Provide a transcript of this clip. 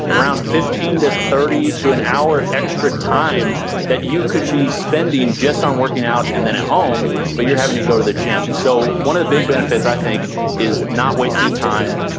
around fifteen to thirty to an hour of extra time that you could be spending just on working out and then at home but you're having to go to the gym. so one of the big benefits i think is not wasting time,